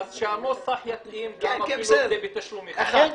--- אז שהנוסח יתאים גם אפילו אם זה בתשלום אחד.